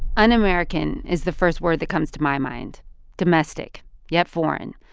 un-american is the first word that comes to my mind domestic yet foreign,